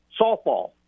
softball